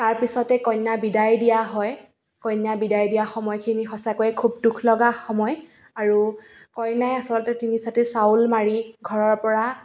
তাৰ পিছতে কন্যা বিদাই দিয়া হয় কন্যা বিদায় দিয়া সময়খিনি সঁচাকৈ খুব দুখলগা সময় আৰু কইনাই আচলতে তিনিচাটি চাউল মাৰি ঘৰৰ পৰা